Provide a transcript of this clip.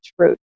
truth